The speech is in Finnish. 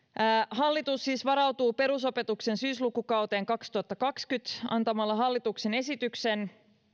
hallitus siis varautuu perusopetuksen syyslukukauteen kaksituhattakaksikymmentä antamalla hallituksen esityksen